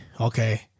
okay